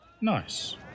Nice